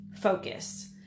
focus